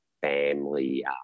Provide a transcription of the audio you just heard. family